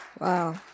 Wow